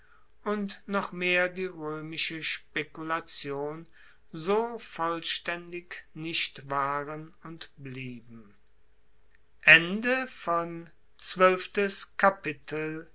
und noch mehr die roemische spekulation so vollstaendig nicht waren und blieben